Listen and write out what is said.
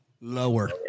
Lower